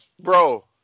Bro